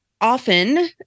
often